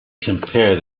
compare